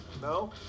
No